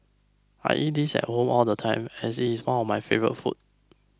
I eat this at home all the time as it is one of my favourite foods